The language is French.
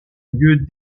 lieu